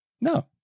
No